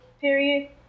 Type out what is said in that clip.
period